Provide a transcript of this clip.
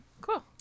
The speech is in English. Cool